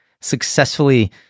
successfully